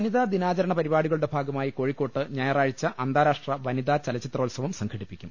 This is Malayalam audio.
വനിതാ ദിനാചരണ പരിപാടികളുടെ ഭാഗമായി കോഴിക്കോട്ട് ഞായ റാഴ്ച അന്താരാഷ്ട്ര വനിത ചലച്ചിത്രോത്സവം സംഘടിപ്പിക്കും